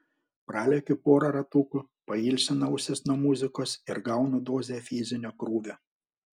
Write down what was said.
pralekiu porą ratukų pailsinu ausis nuo muzikos ir gaunu dozę fizinio krūvio